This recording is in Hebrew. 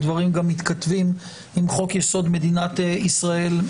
הדברים גם מתכתבים עם חוק-יסוד: ישראל,